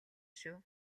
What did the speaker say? шүү